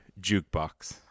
jukebox